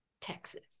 texas